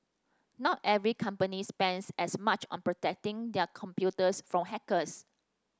not every company spends as much on protecting their computers from hackers